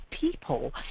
people